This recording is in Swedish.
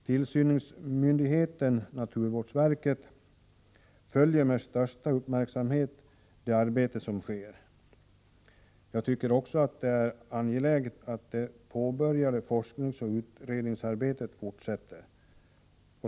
Tillsynsmyndigheten, naturvårdsverket, följer med största uppmärksamhet det arbete som sker. Det är angeläget att det påbörjade forskningsoch utredningsarbetet fortsätter.